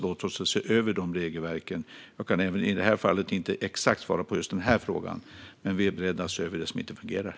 Jag kan inte heller i det här fallet svara exakt på just den här frågan. Men vi är beredda att se över det som inte fungerar.